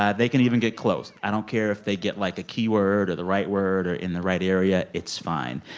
they can even get close. i don't care if they get, like, a keyword or the right word or in the right area. it's fine.